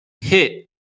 hit